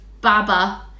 baba